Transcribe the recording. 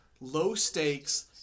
low-stakes